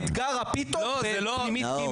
תקבל את אתגר הפיתות בפנימית ג'.